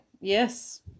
yes